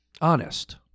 Honest